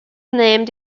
named